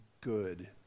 good